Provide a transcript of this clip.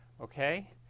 Okay